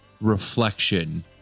reflection